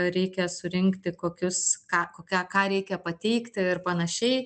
reikia surinkti kokius ką kokia ką reikia pateikti ir panašiai